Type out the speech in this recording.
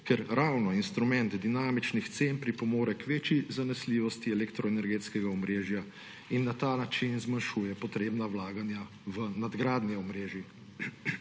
ker ravno instrument dinamičnih cen pripomore k večji zanesljivosti elektroenergetskega omrežja in na ta način zmanjšuje potrebna vlaganja v nadgradnje omrežij.